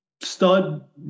stud